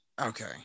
Okay